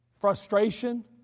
frustration